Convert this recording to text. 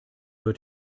wird